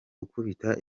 gukubita